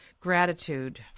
gratitude